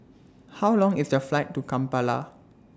How Long IS The Flight to Kampala